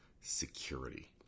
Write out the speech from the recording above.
security